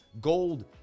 gold